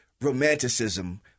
romanticism